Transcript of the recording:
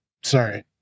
Sorry